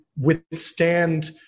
withstand